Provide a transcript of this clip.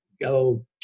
go